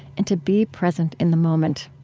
and to be present in the moment